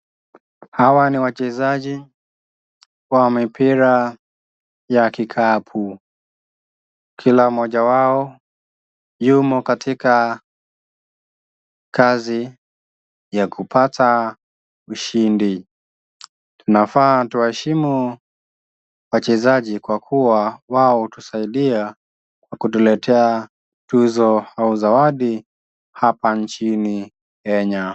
Hawa ni wachezaji wa mipira ya kikapu. Kila mmoja wao yumo katika kazi ya kupata ushindi. Tunafaa tuwaheshimu wachezaji kwa kuwa wao hutusaidia kwa kutuletea tuzo au zawadi hapa nchini Kenya.